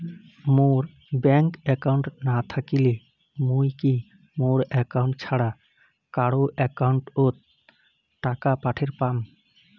মোর bank account না থাকিলে মুই কি মোর একাউন্ট ছাড়া কারো একাউন্ট অত টাকা পাঠের পাম?